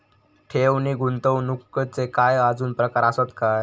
ठेव नी गुंतवणूकचे काय आजुन प्रकार आसत काय?